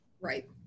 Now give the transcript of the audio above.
Right